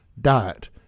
diet